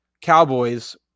Cowboys